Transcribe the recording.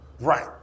Right